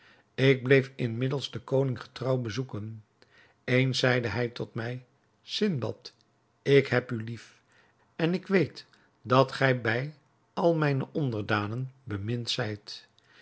ik bleef inmiddels den koning getrouw bezoeken eens zeide hij tot mij sindbad ik heb u lief en ik weet dat gij bij al mijne onderdanen bemind zijt